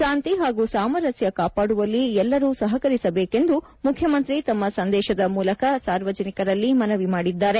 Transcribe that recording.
ಶಾಂತಿ ಹಾಗೂ ಸಾಮರಸ್ಯ ಕಾಪಾದುವಲ್ಲಿ ಎಲ್ಲರೂ ಸಹಕರಿಸಬೇಕೆಂದು ಮುಖ್ಯಮಂತ್ರಿ ತಮ್ಮ ಸಂದೇಶದ ಮೂಲಕ ಸಾರ್ವಜನಿಕರಲ್ಲಿ ಮನವಿ ಮಾಡಿದ್ದಾರೆ